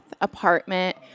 apartment